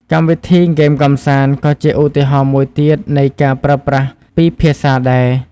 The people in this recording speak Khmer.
កម្មវិធីហ្គេមកម្សាន្តក៏ជាឧទាហរណ៍មួយទៀតនៃការប្រើប្រាស់ពីរភាសាដែរ។